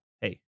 hey